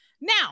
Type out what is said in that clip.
Now